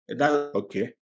Okay